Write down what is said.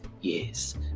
Yes